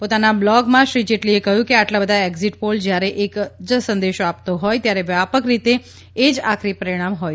પોતાના બ્લોગમાં શ્રી જેટલીએ કહ્યું કે આટલા બધા એક્ઝિટ પોલ જ્યારે એક જ સંદેશો આપતા હોય ત્યારે વ્યાપક રીતે એ જ આખરી પરિક્ષામ હોય